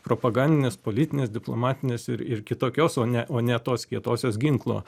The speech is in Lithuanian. propagandinės politinės diplomatinės ir ir kitokios o ne o ne tos kietosios ginklo